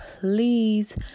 please